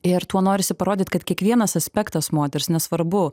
ir tuo norisi parodyti kad kiekvienas aspektas moters nesvarbu